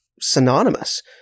synonymous